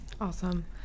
Awesome